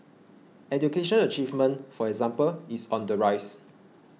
education achievement for example is on the rise